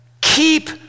keep